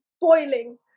boiling